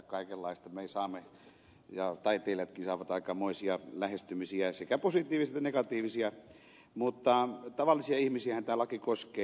me saamme ja taiteilijatkin saavat aikamoisia lähestymisiä sekä positiivisia että negatiivisia mutta tavallisiahan ihmisiähän tämä laki koskee